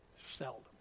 Seldom